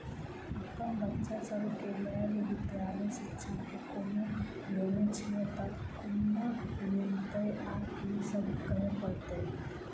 अप्पन बच्चा सब केँ लैल विधालय शिक्षा केँ कोनों लोन छैय तऽ कोना मिलतय आ की सब करै पड़तय